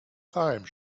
thyme